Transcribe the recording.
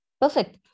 Perfect